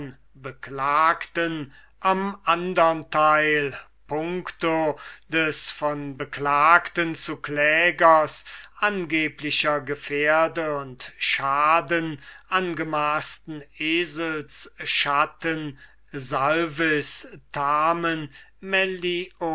beklagten am andern teil pcto des von beklagten zu klägers angeblicher gefährde und schaden angemaßten eselsschatten salvis tamen